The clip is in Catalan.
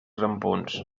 grampons